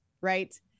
right